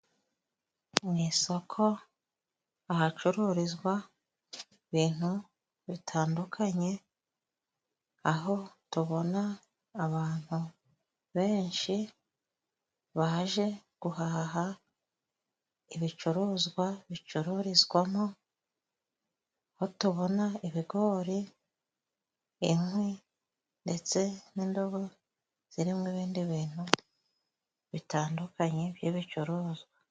Mu isoko, ahacururizwa ibintu bitandukanye, aho tubona abantu benshi baje guhaha ibicuruzwa bicururizwamo, ho tubona ibigori, inkwi ndetse n’indobo zirimo ibindi bintu bitandukanye by’ibicuruzwa.